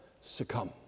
succumb